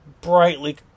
brightly